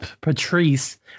Patrice